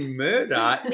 murder